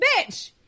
Bitch